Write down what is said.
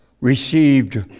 received